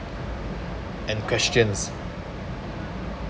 and questions